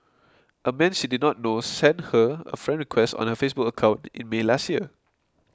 a man she did not know sent her a friend request on her Facebook account in May last year